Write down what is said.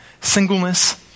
singleness